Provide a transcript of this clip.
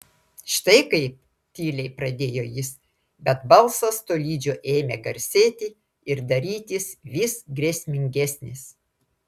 štai kaip tyliai pradėjo jis bet balsas tolydžio ėmė garsėti ir darytis vis grėsmingesnis